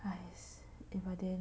!hais! eh but then